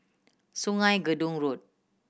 Sungei Gedong Road